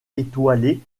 étoilée